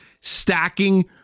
stacking